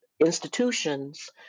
Institutions